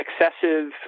excessive